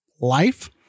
life